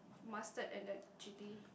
mustard and the chili